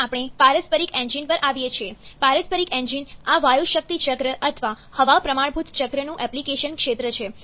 હવે આપણે પારસ્પરિક એન્જીન પર આવીએ છીએ પારસ્પરિક એન્જીન આ વાયુ શક્તિ ચક્ર અથવા હવા પ્રમાણભૂત ચક્રનું એપ્લીકેશન ક્ષેત્ર છે